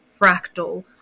fractal